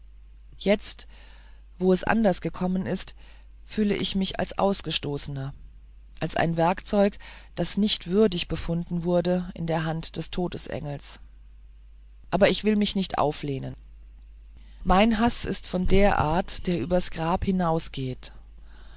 jetzt wo es anders gekommen ist fühle ich mich als ausgestoßener als ein werkzeug das nicht würdig befunden wurde in der hand des todesengels aber ich will mich nicht auflehnen mein haß ist von der art die übers grab hinausgeht